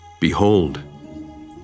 Behold